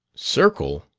circle!